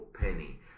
penny